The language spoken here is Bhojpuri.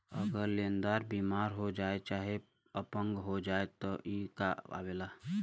अगर लेन्दार बिमार हो जाए चाहे अपंग हो जाए तब ई कां आवेला